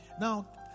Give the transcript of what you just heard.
Now